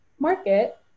market